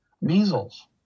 measles